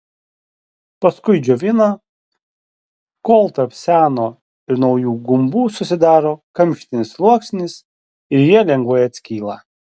paskui džiovina kol tarp seno ir naujų gumbų susidaro kamštinis sluoksnis ir jie lengvai atskyla